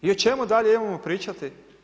I o čemu dalje imamo pričati?